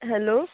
hello